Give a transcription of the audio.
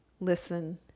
listen